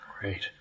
Great